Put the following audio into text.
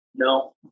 No